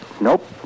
Nope